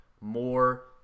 more